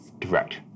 direct